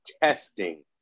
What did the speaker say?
testing